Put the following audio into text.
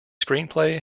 screenplay